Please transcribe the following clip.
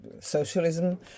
socialism